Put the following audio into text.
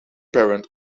parent